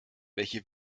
welche